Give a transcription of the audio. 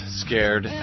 scared